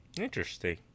Interesting